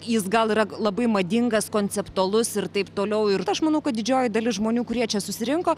jis gal yra labai madingas konceptualus ir taip toliau ir aš manau kad didžioji dalis žmonių kurie čia susirinko